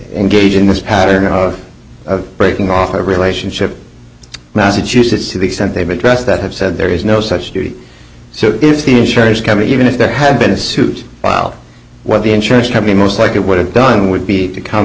engage in this pattern of breaking off a relationship massachusetts to the extent they've addressed that have said there is no such street so if the insurance company even if there had been a suit filed with the insurance company most like it would have done would be to come